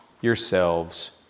yourselves